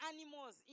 animals